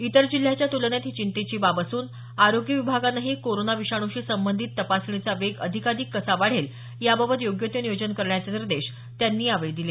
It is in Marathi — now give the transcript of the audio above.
इतर जिल्ह्याच्या तुलनेत ही चिंतेची बाबत असून आरोग्य विभागानंही कोरोना विषाणूशी संबंधित तपासणीचा वेग अधिकाधिक कसा वाढेल याबाबत योग्य ते नियोजन करण्याचे निर्देश त्यांनी यावेळी दिले